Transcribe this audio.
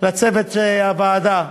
לצוות הוועדה,